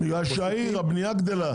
בגלל שהבניה גדלה.